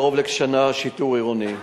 קרוב לשנה: שיטור עירוני.